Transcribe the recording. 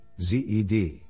ZED